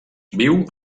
viu